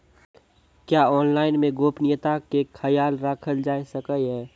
क्या ऑनलाइन मे गोपनियता के खयाल राखल जाय सकै ये?